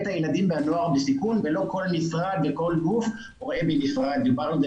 הילדים והנוער בסיכון ולא כל משרד וכל גוף רואה ממשרדו.